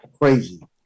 Crazy